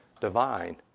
divine